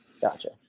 Gotcha